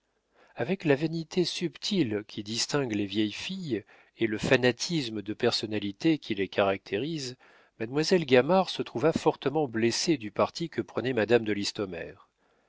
avec la vanité subtile qui distingue les vieilles filles et le fanatisme de personnalité qui les caractérise mademoiselle gamard se trouva fortement blessée du parti que prenait madame de listomère